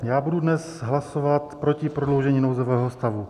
Já budu dnes hlasovat proti prodloužení nouzového stavu.